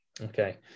Okay